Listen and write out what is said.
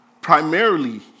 primarily